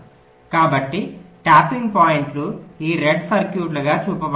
కాబట్టి ట్యాపింగ్ పాయింట్లు ఈ రెడ్ సర్క్యూట్లుగా చూపబడతాయి